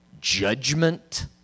judgment